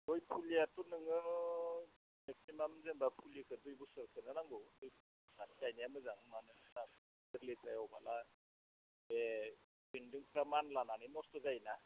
गय फुलियाथ' नोङो मेक्सिमाम जेनबा फुलिखो दुइ बोसोरसोनि नांगौ दुइ बोसोरनिया गायनाया मोजां माबा बे बेन्दोंफ्रा मानलानानै नस्थ' जायोना